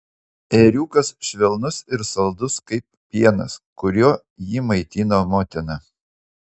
ėriukas švelnus ir saldus kaip pienas kuriuo jį maitino motina